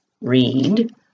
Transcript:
read